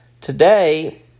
Today